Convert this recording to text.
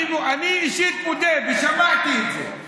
אני אישית מודה, ושמעתי את זה.